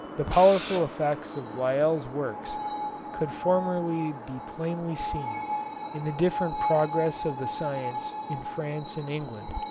the powerful effects of lyell's works could formerly be plainly seen in the different progress of the science in france and england.